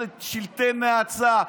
שלטי נאצה,